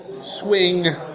swing